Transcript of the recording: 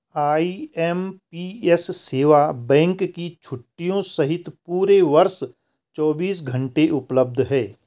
IMPS सेवा bank की छुट्टियों सहित पूरे वर्ष चौबीस घंटे उपलब्ध है